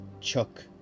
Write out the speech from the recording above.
Chuck